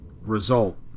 result